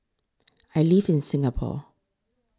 I live in Singapore